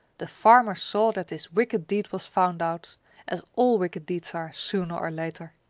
the farmer saw that his wicked deed was found out as all wicked deeds are, sooner or later.